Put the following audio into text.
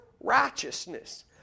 righteousness